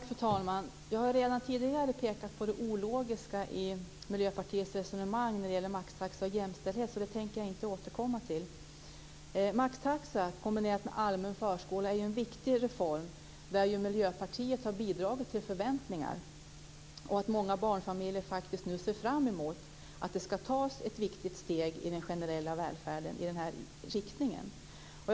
Fru talman! Jag har redan tidigare pekat på det ologiska i Miljöpartiets resonemang när det gäller maxtaxa och jämställdhet, så det tänker jag inte återkomma till. Maxtaxa kombinerat med allmän förskola är en viktig reform där Miljöpartiet har bidragit till förväntningar. Många barnfamiljer ser nu fram emot att det ska tas ett viktigt steg i den riktningen i den generella välfärden.